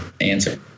answer